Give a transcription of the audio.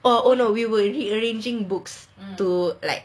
oh no we were rearranging books to like